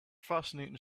fascinating